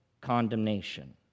condemnation